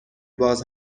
باز